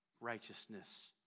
righteousness